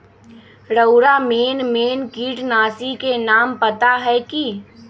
रउरा main main किटनाशी के नाम पता हए कि?